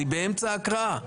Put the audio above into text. אני באמצע ההקראה.